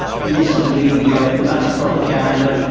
use of the media, mass propaganda,